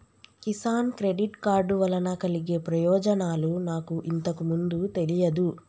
Kisan credit card వలన కలిగే ప్రయోజనాలు నాకు ఇంతకు ముందు తెలియదు